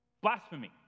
Blasphemy